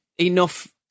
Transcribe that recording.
enough